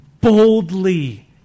boldly